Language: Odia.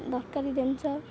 ଦରକାରୀ ଜିନିଷ